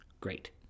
Great